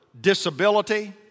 disability